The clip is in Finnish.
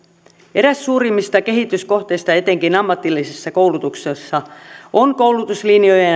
eräs suurimmista kehityskohteista etenkin ammatillisessa koulutuksessa on koulutuslinjojen